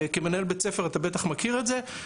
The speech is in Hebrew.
וכמנהל בית ספר אתה בטח מכיר את זה,